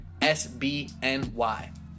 SBNY